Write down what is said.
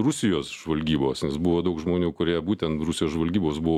rusijos žvalgybos nes buvo daug žmonių kurie būtent rusijos žvalgybos buvo